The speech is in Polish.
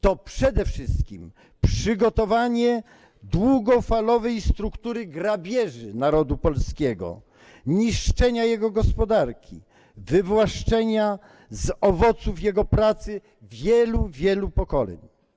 To przede wszystkim przygotowanie długofalowej struktury grabieży narodu polskiego, niszczenia jego gospodarki, wywłaszczenia z owoców jego pracy wielu, wielu pokoleń.